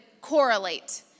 correlate